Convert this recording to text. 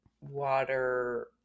water